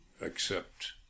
accept